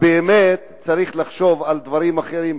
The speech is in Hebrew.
צריך לחשוב על דברים אחרים,